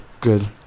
good